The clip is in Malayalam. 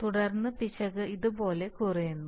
തുടർന്ന് പിശക് ഇതുപോലെ കുറയുന്നു